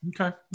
Okay